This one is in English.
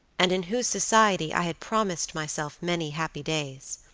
and in whose society i had promised myself many happy days.